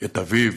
את אביו,